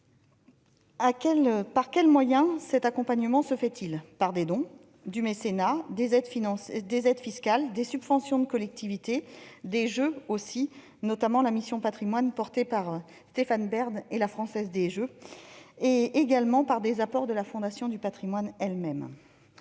Par quels moyens cet accompagnement se fait-il ? Par des dons, du mécénat, des aides fiscales, des subventions de collectivités, des jeux, aussi, notamment grâce à la mission Patrimoine, portée par Stéphane Bern et la Française des jeux, et, enfin, par des apports de la Fondation du patrimoine elle-même.